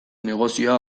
negozioa